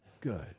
good